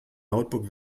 notebook